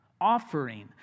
Offering